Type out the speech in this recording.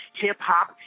hip-hop